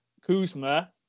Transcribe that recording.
Kuzma